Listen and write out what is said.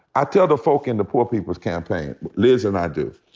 i tell the folk in the poor people's campaign, liz and i do,